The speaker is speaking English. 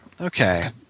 Okay